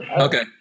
Okay